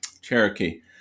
Cherokee